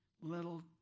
little